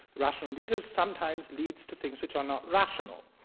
rational leaders, sometimes leads to things which are not rational.